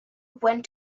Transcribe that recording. went